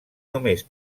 només